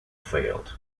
failed